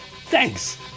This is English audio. Thanks